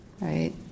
right